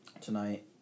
Tonight